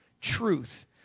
truth